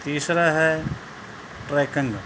ਤੀਸਰਾ ਹੈ ਟਰੈਕਿੰਗ